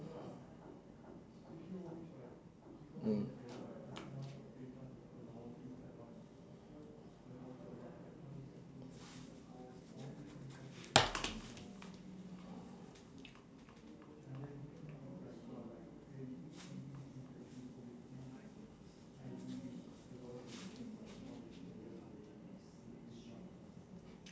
mm